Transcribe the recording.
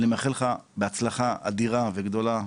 אני מאחל לך בהצלחה אדירה וגדולה.